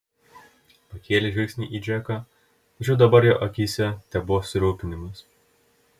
pakėlė žvilgsnį į džeką tačiau dabar jo akyse tebuvo susirūpinimas